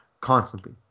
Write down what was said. constantly